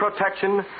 protection